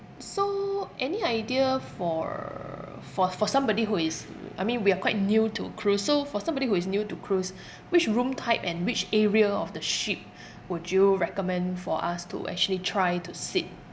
so any idea for for for somebody who is I mean we are quite new to cruise so for somebody who is new to cruise which room type and which area of the ship would you recommend for us to actually try to sit